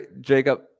Jacob